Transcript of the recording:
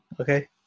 okay